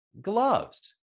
gloves